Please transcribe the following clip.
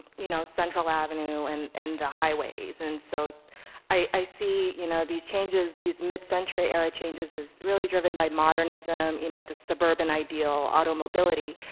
you know central avenue and and the highways. and so i see you know these changes, these mid-century era changes is really driven by modernism, you know the suburban ideal, auto mobility.